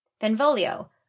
Benvolio